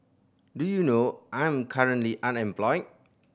do you know I am currently unemployed